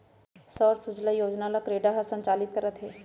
सौर सूजला योजना ल क्रेडा ह संचालित करत हे